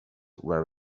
where